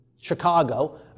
Chicago